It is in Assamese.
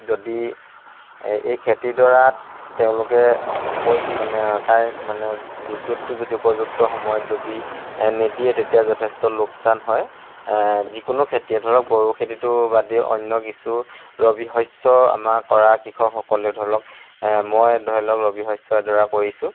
যদি এই খেতিডৰাত তেওঁলোকে উপ মানে কাৰে মানে বিদ্যুতটো যদি উপযুক্ত সময়ত যদি নিদিয়ে তেতিয়া যথেষ্ট লোকচান হয় যিকোনো খেতিয়ে ধৰক বড়ো খেতিটো বাদ দি অন্য কিছু ৰবি শস্য আমাৰ কৰা কৃসকসকলেও ধৰক লওক মই ধৰি লওঁক ৰবি শস্য এডৰা কৰিছোঁ